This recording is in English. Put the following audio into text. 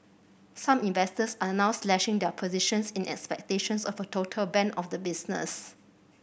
some investors are now slashing their positions in expectations of a total ban of the business